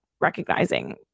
recognizing